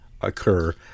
occur